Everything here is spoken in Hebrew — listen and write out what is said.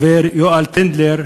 החבר יואל טנדלר,